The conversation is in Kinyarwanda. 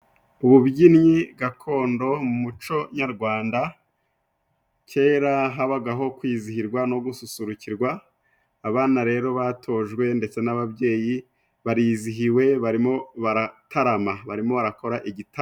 Ububyinnyi gakondo mu muco nyarwanda, kera habagaho kwizihirwa no gususurukirwa, abana rero batojwe ndetse n'ababyeyi barizihiwe, barimo baratarama, barimo barakora igita...